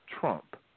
trump